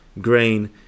Grain